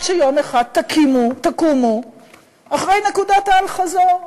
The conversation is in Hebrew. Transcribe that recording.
שיום אחד תקומו אחרי נקודת האל-חזור,